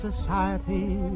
society